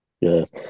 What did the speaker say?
Yes